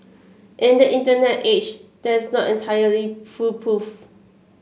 in the Internet age that's not entirely foolproof